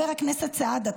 חבר הכנסת סעדה,